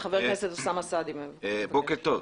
בוקר טוב.